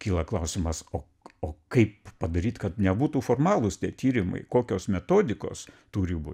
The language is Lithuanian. kyla klausimas o o kaip padaryt kad nebūtų formalūs tie tyrimai kokios metodikos turi būt